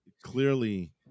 Clearly